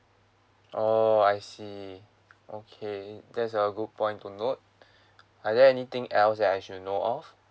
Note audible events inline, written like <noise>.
orh I see okay that's a good point to note <breath> are there anything else that I should know of